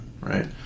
Right